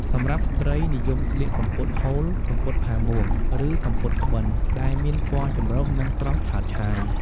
សម្រាប់ស្ត្រី និយមស្លៀកសំពត់ហូល សំពត់ផាមួង ឬសំពត់ក្បិន ដែលមានពណ៌ចម្រុះ និងស្រស់ឆើតឆាយ។